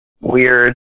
weird